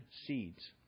seeds